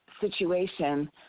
situation